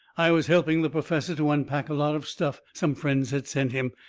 i was helping the perfessor to unpack a lot of stuff some friends had sent him,